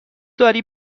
داری